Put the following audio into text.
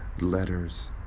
Letters